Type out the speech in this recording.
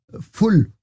full